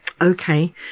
Okay